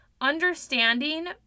understanding